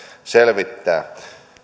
selvittää